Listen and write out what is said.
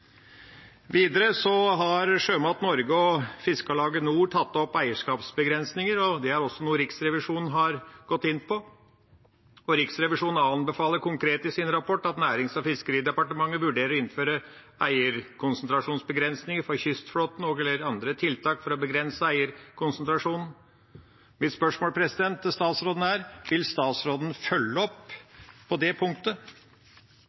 Videre har Sjømat Norge og Fiskarlaget nord tatt opp eierskapsbegrensninger, og det er også noe Riksrevisjonen har gått inn på. Riksrevisjonen anbefaler konkret i sin rapport Nærings- og fiskeridepartementet å «vurdere å innføre eierkonsentrasjonsbegrensninger for kystflåten og/eller andre tiltak for å begrense eierkonsentrasjonen». Mitt spørsmål til statsråden er: Vil statsråden følge